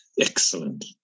Excellent